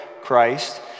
Christ